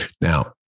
Now